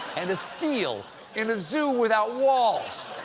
and a seal in a zoo without walls,